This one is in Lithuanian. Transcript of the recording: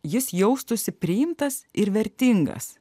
jis jaustųsi priimtas ir vertingas